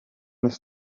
this